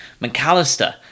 McAllister